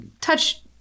touch